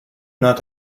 not